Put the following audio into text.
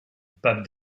pape